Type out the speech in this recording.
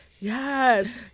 Yes